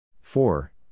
Four